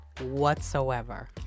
whatsoever